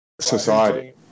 Society